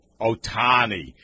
Otani